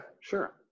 Sure